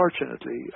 Unfortunately